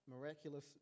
miraculous